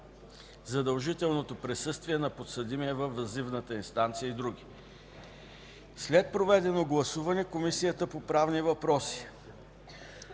задължителното присъствие на подсъдимия във въззивната инстанция и др. След проведено гласуване, Комисията по правни въпроси: